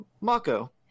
Mako